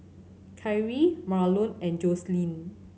Kyrie Marlon and Jocelyn